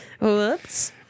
Whoops